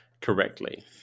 Correctly